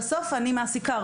בסוף אני מעסיקה.